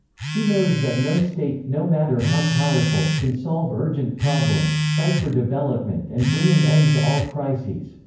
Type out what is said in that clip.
she knows that no state, no matter how powerful, can solve urgent problems, fight for development and bring an end to all crises.